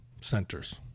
centers